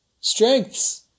strengths